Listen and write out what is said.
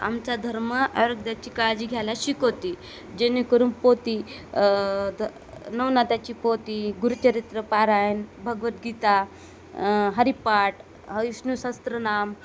आमचा धर्म आरोग्याची काळजी घ्यायला शिकवते जेणेकरून पोती ध नवनाथांची पोती गुरुचरित्र पारायण भगवद्गीता हरीपाठ विष्णू सहस्त्रनाम